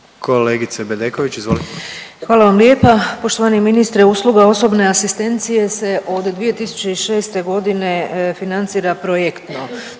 izvolite. **Bedeković, Vesna (HDZ)** Hvala vam lijepa. Poštovani ministre usluga osobne asistencije se od 2006. godine financira projektno,